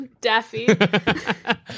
Daffy